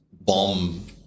bomb